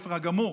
ההפך הגמור.